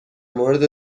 مورد